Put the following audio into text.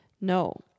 No